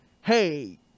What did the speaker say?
Hey